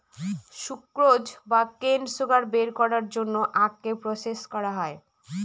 sucrose বা cane sugar বের করার জন্য আখকে প্রসেস করা হয়